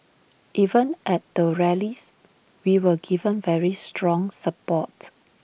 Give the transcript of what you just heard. even at the rallies we were given very strong support